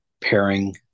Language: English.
pairing